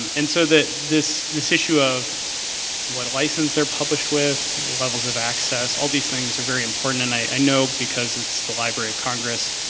um and so this this issue of what license they're published with, levels of access, all these things are very important. and i know because it's the library of congress,